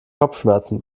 kopfschmerzen